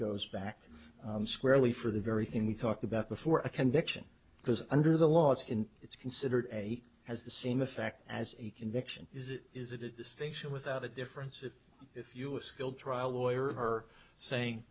goes back squarely for the very thing we talked about before a conviction because under the law it's in it's considered has the same effect as a conviction is it is it a distinction without a difference if if you a skilled trial lawyer her saying